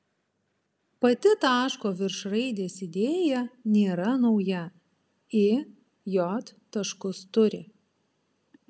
pati taško virš raidės idėja nėra nauja i j taškus turi